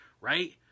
right